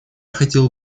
хотел